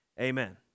amen